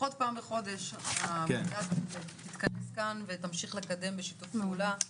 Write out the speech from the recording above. לפחות פעם בחודש הוועדה תתכנס כאן ותמשיך לקדם בשיתוף פעולה.